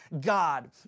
God